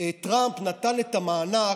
טראמפ נתן את המענק,